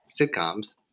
sitcoms